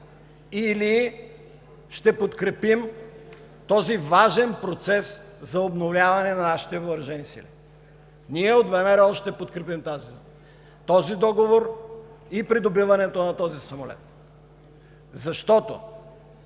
или ще подкрепим този важен процес за обновяване на нашите въоръжени сили? Ние от ВМРО ще подкрепим този договор за придобиването на самолета, защото